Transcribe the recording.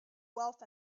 wealth